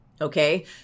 okay